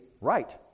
right